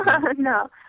No